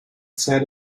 said